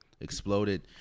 Exploded